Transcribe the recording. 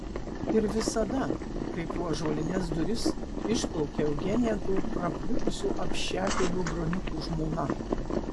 ir visada kai pro ąžuolines duris išplaukia eugenija to praplikusio apšepėlio broniuko žmona